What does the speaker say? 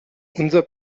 unser